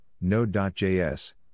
Node.js